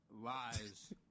Lies